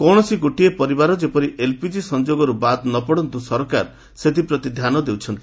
କୌଣସି ଗୋଟିଏ ପରିବାର ଯେପରି ଏଲ୍ପିଜି ସଂଯୋଗରୁ ବାଦ୍ ନ ପଡ଼ନ୍ତୁ ସରକାର ସେଥିପ୍ରତି ଧ୍ୟାନ ଦେଉଛନ୍ତି